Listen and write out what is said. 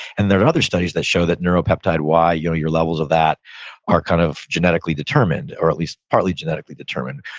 and there are other studies that show that neuro peptide y, your your levels of that are kind of genetically determined, or at least partly genetically determined.